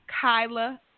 Kyla